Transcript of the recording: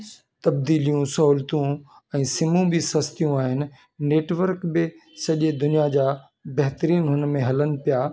तबदिलियूं सहुलतियूं ऐं सिम बि सस्तियूं आहिनि नेटवर्क बि सॼे दुनिया जा बहितरीनु हुनमें हलनि पिया